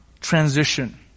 transition